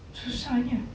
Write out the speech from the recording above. susahnya